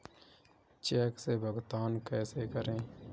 Check से भुगतान कैसे करें?